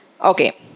Okay